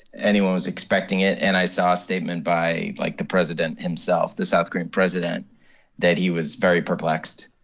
anyone was expecting it, and i saw a statement by, like, the president himself the south korean president that he was very perplexed.